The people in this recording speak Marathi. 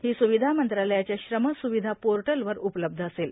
ही सुविधा मंत्रालयाच्या श्रम सुविधा पोर्टलवर उपलब्ध असेल